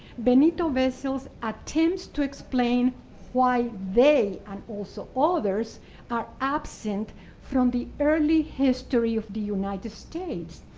benito-vessels attempts to explain why they and also others are absent from the early history of the united states.